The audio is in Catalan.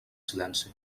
silenci